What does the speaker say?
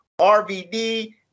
RVD